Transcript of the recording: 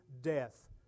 death